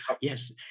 Yes